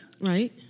right